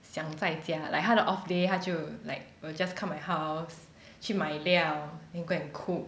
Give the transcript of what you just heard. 想在家 like 她的 off day 她就 like will just come my house 去买料 then go and cook